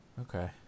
Okay